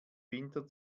winter